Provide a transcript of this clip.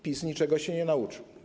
PiS niczego się nie nauczył.